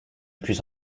plus